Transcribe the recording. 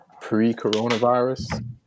pre-coronavirus